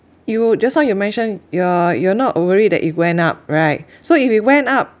you just now you mentioned you are you are not uh worried that it went up right so if it went up